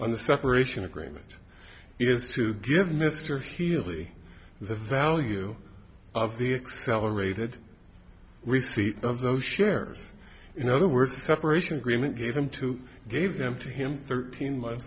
on the separation agreement is to give mr healey the value of the accelerated receipt of those shares in other words the separation agreement gave them to gave them to him thirteen months